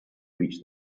reach